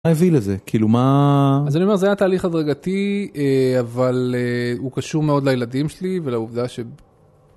הביא לזה כאילו מה... אז אני אומר זה היה תהליך הדרגתי, אבל הוא קשור מאוד לילדים שלי ולעובדה ש.